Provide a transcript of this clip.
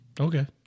okay